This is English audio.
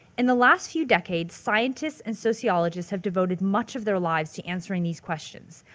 in the last few decades scientists and sociologists have devoted much of their lives to answering these questions.